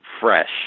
fresh